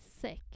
sick